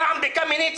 פעם בקמיניץ,